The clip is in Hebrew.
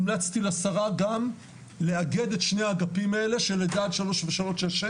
המלצתי לשרה גם לאגד את שני האגפים האלה של לידה עד שלוש ושלוש עד שש,